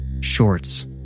Shorts